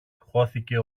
χώθηκε